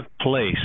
place